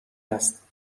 است